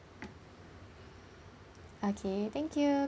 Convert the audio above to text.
okay thank you